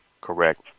Correct